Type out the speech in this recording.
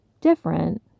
Different